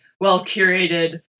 well-curated